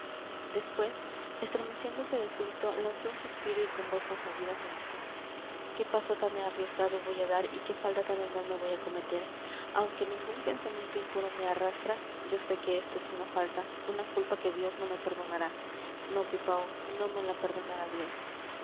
después estremeciéndose de súbito lanzó un suspiro y con voz conmovida me dijo qué paso tan arriesgado voy a dar y qué falta tan enorme voy a cometer aunque ningún pensamiento impuro me arrastra yo sé que esto es una falta una culpa que dios no me perdonará no pipaón no me la perdonará dios